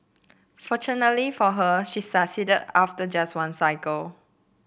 fortunately for her she succeeded after just one cycle